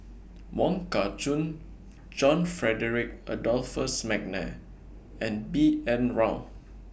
Wong Kah Chun John Frederick Adolphus Mcnair and B N Rao